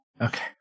okay